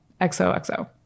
XOXO